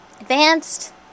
advanced